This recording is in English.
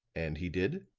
and he did?